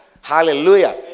Hallelujah